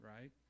right